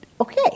okay